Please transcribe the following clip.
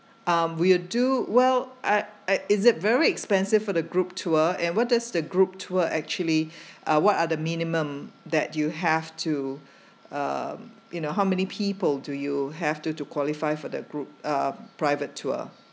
um we'll do well uh it is it very expensive for the group tour and what does the group tour actually uh what are the minimum that you have to um you know how many people do you have to to qualify for the group uh private tour